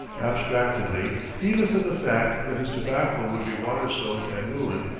abstractedly, heedless of the fact that his tobacco would be water-soaked and ruined,